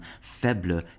faible